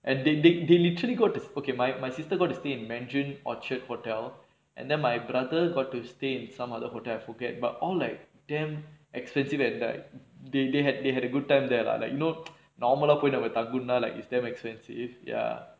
and they they they literally go to okay my my sister got to stay in mandarin orchard hotel and then my brother got to stay in some other hotel I forget but all like damn expensive eh like they they had they had a good time there lah like you know normal ah போயி நம்ம தங்கனுனா:poyi namma thanganunaa like it's damn expensive ya